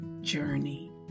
journey